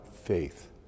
faith